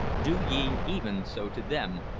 do ye even so to them,